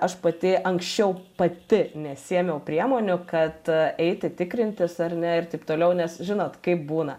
aš pati anksčiau pati nesiėmiau priemonių kad eiti tikrintis ar ne ir taip toliau nes žinot kaip būna